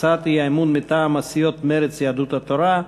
הצעת אי-אמון מטעם סיעות מרצ ויהדות התורה.